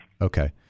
Okay